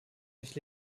sich